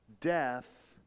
Death